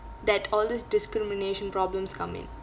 that all these discrimination problems come in